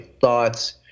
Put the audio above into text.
thoughts